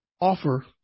offer